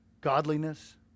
godliness